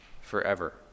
forever